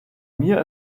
mir